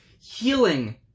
Healing